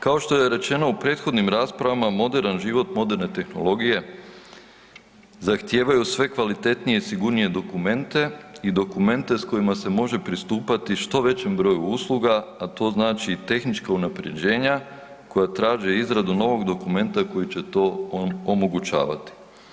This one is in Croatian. Kao što je rečeno u prethodnim raspravama moderan život i moderne tehnologije zahtijevaju sve kvalitetnije i sigurnije dokumente i dokumente s kojima se može pristupati što većem broju usluga, a to znači tehnička unaprjeđenja koja traže izradu novog dokumenta i koji će to on omogućavati.